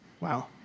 Wow